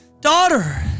Daughter